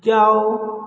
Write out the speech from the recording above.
जाओ